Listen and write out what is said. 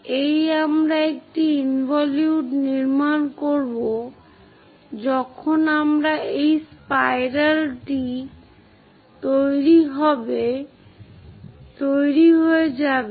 এই আমরা একটি ইনভলিউট নির্মাণ করব যখন আমাদের এই স্পাইরাল টি তৈরি হয়ে যাবে